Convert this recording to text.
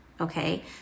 Okay